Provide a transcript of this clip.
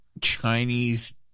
Chinese